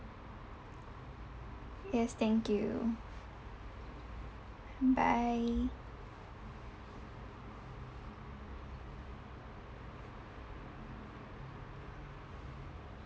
yes thank you bye